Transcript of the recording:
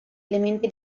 elementi